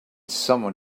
someone